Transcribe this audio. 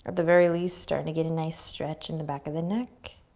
the very least, starting to get a nice stretch in the back of the neck.